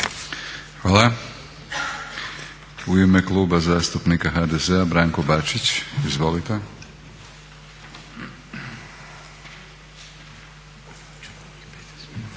Hvala. U ime Kluba zastupnika HDZ-a, Branko Bačić, izvolite.